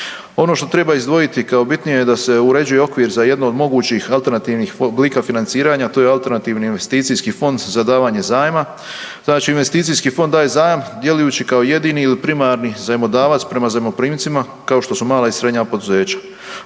Ono što treba izdvojiti kao bitnije da se uređuje okvir za jedno od mogućih alternativnih oblika financiranja to je alternativni investicijski fond za davanje zajma, znači investicijski fond daje zajam djelujući kao jedini ili primarni zajmodavac prema zajmoprimcima kao što su mala i srednja poduzeća.